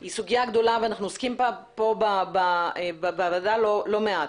היא סוגיה גדולה ואנחנו עוסקים בה בוועדה לא מעט